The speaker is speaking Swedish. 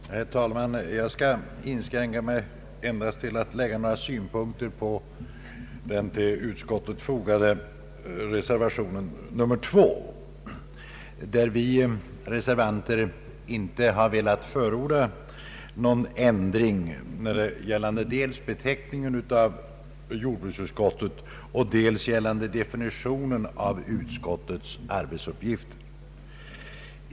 Herr talman! Jag skall inskränka mig till att endast lägga några synpunkter på den till utskottsutlåtandet fogade reservationen 2, där vi reservanter inte har velat förorda någon ändring gällande dels beteckningen på jordbruksutskottet, dels definitionen av utskottets arbetsuppgifter.